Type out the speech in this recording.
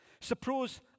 Suppose